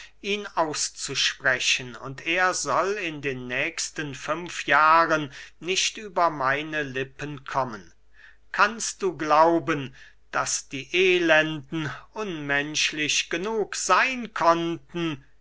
ihn auszusprechen und er soll in den nächsten fünf jahren nicht über meine lippen kommen kannst du glauben daß die elenden unmenschlich genug seyn konnten